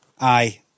Aye